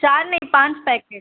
ચાર નહીં પાંચ પૅકેટ